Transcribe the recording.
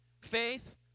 Faith